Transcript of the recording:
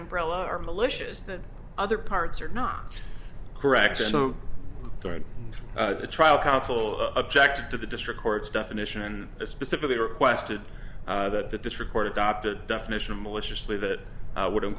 umbrella are militias that other parts are not correct so during the trial counsel objected to the district court's definition specifically requested that this report adopt a definition of maliciously that would